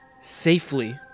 safely